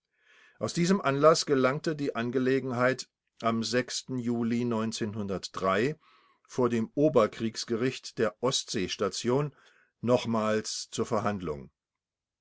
aus diesem anlaß gelangte die angelegenheit am juli vor dem oberkriegsgericht der ostseestation nochmals zur verhandlung